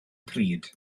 pryd